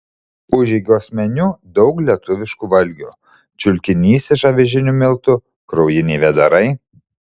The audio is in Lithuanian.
užeigos meniu daug lietuviškų valgių čiulkinys iš avižinių miltų kraujiniai vėdarai